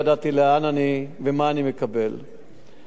בשנה וחצי האחרונות נעשו הרבה דברים.